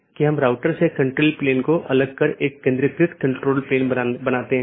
तो मैं AS1 से AS3 फिर AS4 से होते हुए AS6 तक जाऊँगा या कुछ अन्य पाथ भी चुन सकता हूँ